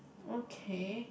okay